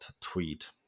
tweet